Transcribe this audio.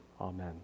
Amen